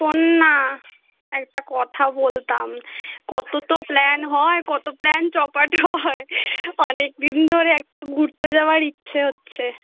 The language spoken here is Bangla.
শোন না একটা কথা বলতাম কত তো প্ল্যান হয় কত প্ল্যান চৌপাট হয় অনেক দিন ধরে একটা ঘুরতে যাওয়ার ইচ্ছে হচ্ছে